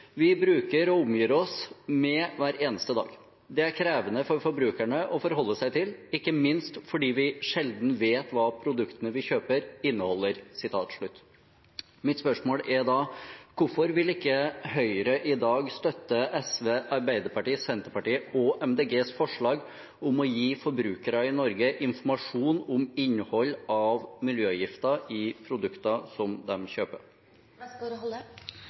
vi bruker og omgir oss med hver eneste dag. Det er krevende for forbrukerne å forholde seg til, ikke minst fordi vi sjelden vet hva produktene vi kjøper, inneholder.» Mitt spørsmål er da: Hvorfor vil ikke Høyre i dag støtte SV, Arbeiderpartiet, Senterpartiet og MDGs forslag om å gi forbrukere i Norge informasjon om innhold av miljøgifter i produkter som